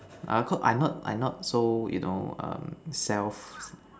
ah course I not I not so you know um self